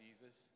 jesus